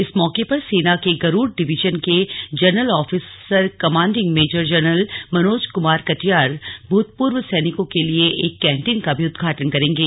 इस मौके पर सेना के गरूड़ डिविजन के general officer commanding major general Manoj Kumar Katiyar भूतपूर्व सैनिकों के लिए एक कैंटीन का भी उद्घाटन करेंगे